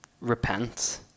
Repent